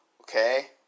okay